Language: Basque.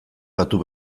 patu